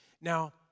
Now